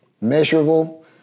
measurable